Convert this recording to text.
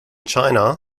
china